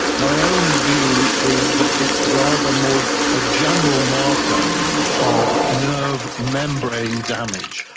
my own view is that it's rather more a general marker of nerve membrane damage.